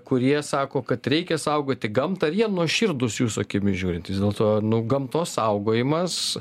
kurie sako kad reikia saugoti gamtą ar jie nuoširdūs jūsų akimis žiūrint vis dėlto nu gamtos saugojimas